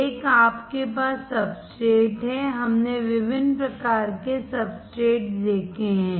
एक आपके पास सब्सट्रेट है हमने विभिन्न प्रकार के सबस्ट्रेट्स देखे हैं